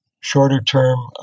shorter-term